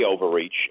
overreach